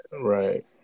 right